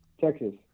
Texas